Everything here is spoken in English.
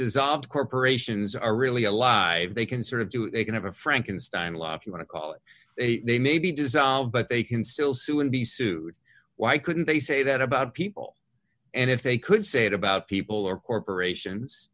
dissolved corporations are really alive they can sort of do it they can have a frankenstein law if you want to they may be dissolved but they can still sue and be sued why couldn't they say that about people and if they could say it about people or corporations